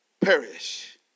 perish